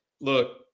look